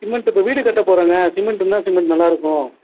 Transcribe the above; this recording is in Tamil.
சிமெண்ட்டு இப்போ வீடு கட்டப் போகிறேங்க சிமெண்ட் என்ன சிமெண்ட் நல்லா இருக்கும்